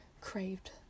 craved